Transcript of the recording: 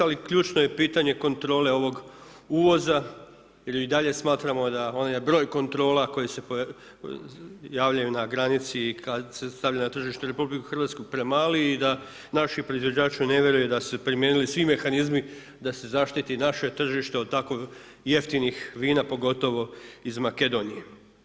Ali, ključno je pitanje kontrole ovog uvoza jer i dalje smatramo da onaj broj kontrola koji se javljaju na granici i kad se stavlja na tržište RH premali i da naši proizvođači ne vjeruju da su se primijenili svi mehanizmi da se zaštiti naše tržište od tako jeftinih vina, pogotovo iz Makedonije.